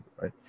right